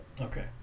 okay